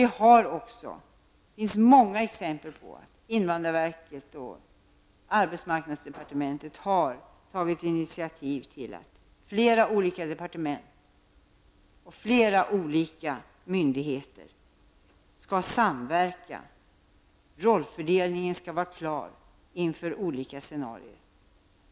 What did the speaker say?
Det finns många exempel på att invandrarverket och arbetsmarknadsdepartementet har tagit initiativ till att flera olika departement och flera olika myndigheter samverkar. Rollfördelningen skall vara klar inför olika scenarion.